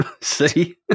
See